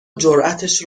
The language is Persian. جراتش